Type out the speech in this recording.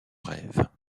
rêves